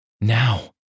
Now